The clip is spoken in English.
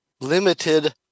limited